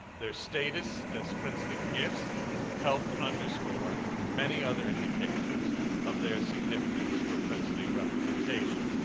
their status as princely gifts helped underscore many other indications of their significance for princely representation.